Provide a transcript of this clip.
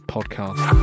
Podcast